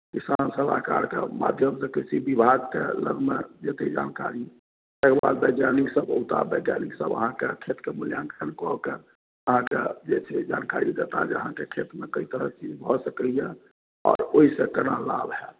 किसान सलाहकारके माध्यमसँ कृषि विभागके लगमे जतेक जानकारी छै वैज्ञानिकसभ औताह वैज्ञानिकसभ अहाँके खेतके मूल्याङ्कन कऽ के अहाँकेँ जे छै जानकारी देता जे अहाँके खेतमे कइ तरहक चीज भऽ सकैए आओर ओहिसँ केना लाभ हैत